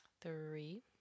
Three